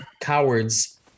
cowards